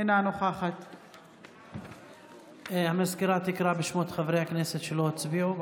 אינה נוכחת סגנית המזכיר תקרא בשמות חברי הכנסת שלא הצביעו.